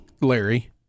Larry